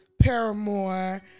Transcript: Paramore